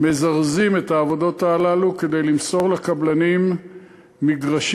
מזרזים את העבודות הללו כדי למסור לקבלנים מגרשים